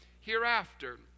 hereafter